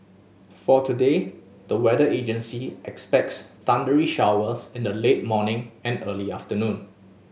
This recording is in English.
for today the weather agency expects thundery showers in the late morning and early afternoon